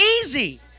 easy